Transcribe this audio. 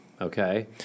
Okay